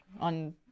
on